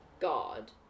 god